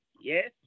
yes